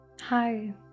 hi